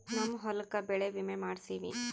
ನಮ್ ಹೊಲಕ ಬೆಳೆ ವಿಮೆ ಮಾಡ್ಸೇವಿ